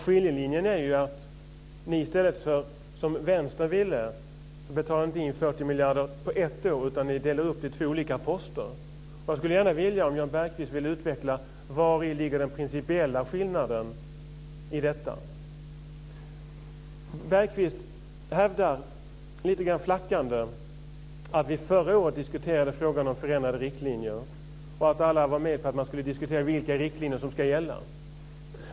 Skiljelinjen är att ni, i stället för som vänstern vill, inte betalar in 40 miljarder på ett år, utan ni delar upp det i två olika poster. Jag skulle gärna vilja att Jan Bergqvist utvecklade vari den principiella skillnaden ligger i detta. Jan Bergqvist hävdar lite grann flackande att vi förra året diskuterade frågan om förändrade riktlinjer och att alla var med på att vi skulle diskutera vilka riktlinjer som skulle gälla.